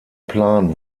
plan